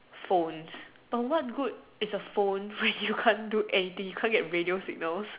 phones of what good is a phone when you can't do anything you can't get radio signals